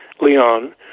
Leon